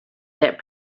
that